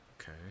Okay